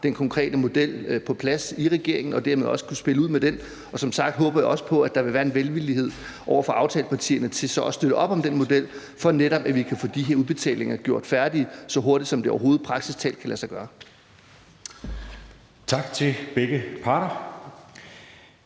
den konkrete model på plads i regeringen og dermed også kan spille ud med den. Som sagt håber jeg også på, at der vil være en velvillighed hos aftalepartierne til så at støtte op om den model, for at vi netop kan få de her udbetalinger gjort færdige så hurtigt, som det overhovedet praktisk talt kan lade sig gøre.